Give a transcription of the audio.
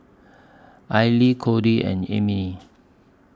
Aili Cody and Emile